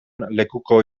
lekuko